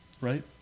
Right